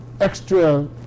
extra